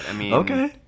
Okay